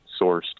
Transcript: sourced